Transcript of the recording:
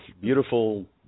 beautiful